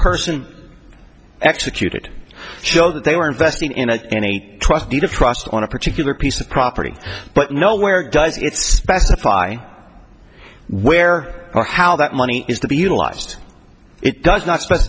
person executed show that they were investing in any trust deed of trust on a particular piece of property but nowhere does it specify where or how that money is to be utilized it does not spe